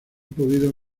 podido